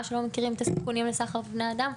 שלא מכירים את הסיכונים לסחר בבני אדם,